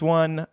one